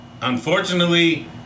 unfortunately